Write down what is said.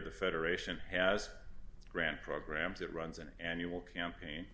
the federation has grant programs that runs an annual campaign